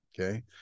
okay